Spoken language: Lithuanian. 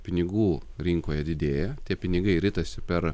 pinigų rinkoje didėja tie pinigai ritasi per